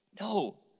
No